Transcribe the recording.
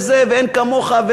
ואין כמוך,